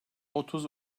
otuz